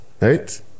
right